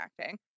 acting